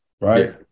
right